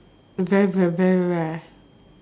very very very rare